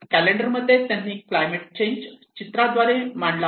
calendar मध्ये त्यांनी climate change चित्राद्वारे मांडला आहे